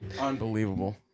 Unbelievable